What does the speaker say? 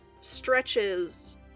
stretches